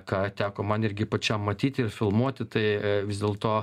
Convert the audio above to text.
ką teko man irgi pačiam matyti ir filmuoti tai vis dėlto